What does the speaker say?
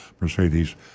Mercedes